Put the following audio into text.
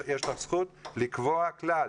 יש לך זכות לקבוע כלל,